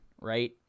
right